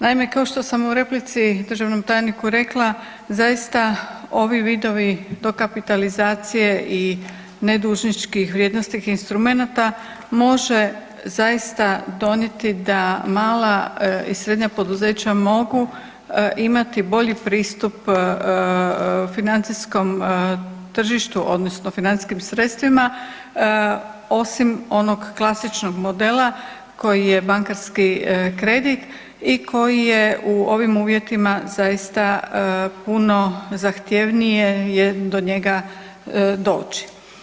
Naime, kao što sam u replici državnom tajniku rekla zaista ovi vidovi dokapitalizacije i ne dužničkih vrijednosnih instrumenata može zaista donijeti da mala i srednja poduzeća mogu imati bolji pristup financijskom tržištu odnosno financijskim sredstvima osim onog klasičnog modela koji je bankarski kredit i koji je u ovim uvjetima zaista puno zahtjevnije je do njega doći.